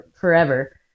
forever